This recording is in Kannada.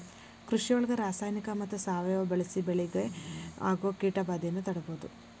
ಕೃಷಿಯೊಳಗ ರಾಸಾಯನಿಕ ಮತ್ತ ಸಾವಯವ ಬಳಿಸಿ ಬೆಳಿಗೆ ಆಗೋ ಕೇಟಭಾದೆಯನ್ನ ತಡೇಬೋದು